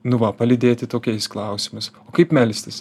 nu va palydėti tokiais klausimais o kaip melstis